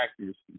accuracy